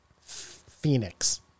Phoenix